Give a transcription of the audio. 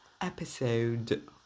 episode